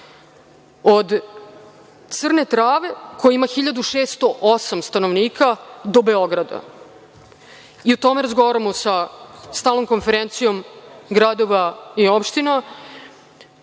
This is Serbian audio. od Crne Trave koja ima 1.608 stanovnika do Beograda. O tome razgovaramo sa Stalnom konferencijom gradova i opština